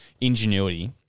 ingenuity –